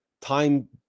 time